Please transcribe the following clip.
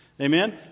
Amen